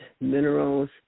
minerals